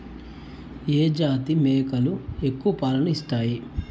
ఏ జాతి మేకలు ఎక్కువ పాలను ఇస్తాయి?